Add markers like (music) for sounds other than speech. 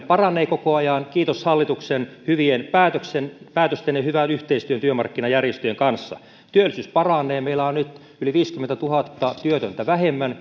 (unintelligible) paranee koko ajan kiitos hallituksen hyvien päätösten päätösten ja hyvän yhteistyön työmarkkinajärjestöjen kanssa työllisyys paranee meillä on nyt yli viisikymmentätuhatta työtöntä vähemmän (unintelligible)